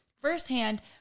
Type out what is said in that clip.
firsthand